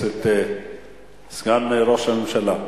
סגן ראש הממשלה.